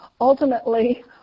ultimately